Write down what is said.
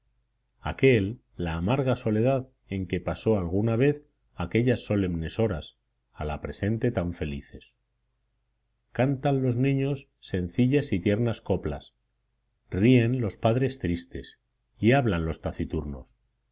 aquél la amarga soledad en que pasó alguna vez aquellas solemnes horas a la presente tan felices cantan los niños sencillas y tiernas coplas ríen los padres tristes y hablan los taciturnos